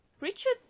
Richard